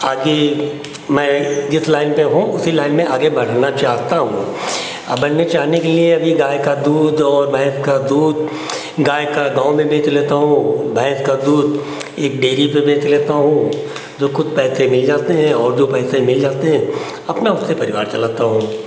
आगे मैं जिस लाइन पे हूँ उसी लाइन में आगे बढ़ना चाहता हूँ अब बढ़ने चाहने के लिए अब ये गाय का दूध और भैंस का दूध गाय का गाँव में बेच लेता हूँ भैंस का दूध एक डेरी पे बेच लेता हूँ जो कुछ पैसे मिल जाते हैं और जो पैसे मिल जाते हैं अपना उससे परिवार चलाता हूँ